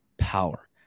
power